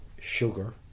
sugar